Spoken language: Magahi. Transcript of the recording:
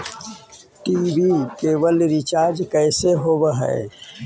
टी.वी केवल रिचार्ज कैसे होब हइ?